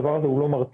הדבר הזה הוא לא מרתיע.